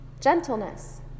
gentleness